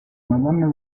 madonna